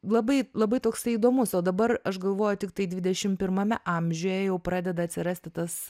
labai labai toksai įdomus o dabar aš galvoju tiktai dvidešim pirmame amžiuje jau pradeda atsirasti tas